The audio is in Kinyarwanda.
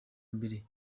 mbere